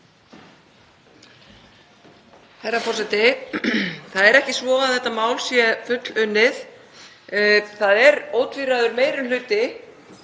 Herra forseti. Það er ekki svo að þetta mál sé fullunnið. Það er ótvíræður meiri hluti